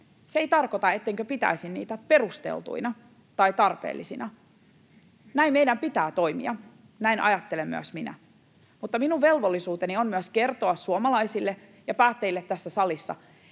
Se ei tarkoita, ettenkö pitäisi niitä perusteltuina tai tarpeellisina. Näin meidän pitää toimia — näin ajattelen myös minä. Mutta minun velvollisuuteni on myös kertoa suomalaisille ja päättäjille tässä salissa,